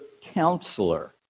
counselor